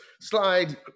slide